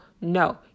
no